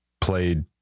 Played